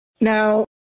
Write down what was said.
Now